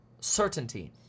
certainty